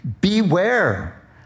beware